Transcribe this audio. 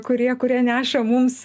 kurie kurie neša mums